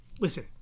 Listen